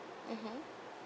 mmhmm